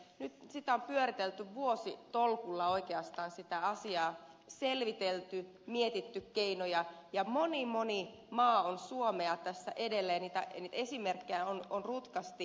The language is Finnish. nyt sitä asiaa on pyöritelty oikeastaan vuositolkulla selvitelty mietitty keinoja ja moni moni maa on suomea tässä edellä ja niitä esimerkkejä on rutkasti